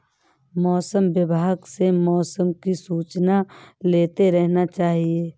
मौसम विभाग से मौसम की सूचना लेते रहना चाहिये?